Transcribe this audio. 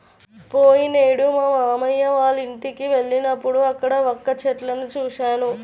పోయినేడు మా మావయ్య వాళ్ళింటికి వెళ్ళినప్పుడు అక్కడ వక్క చెట్లను చూశాను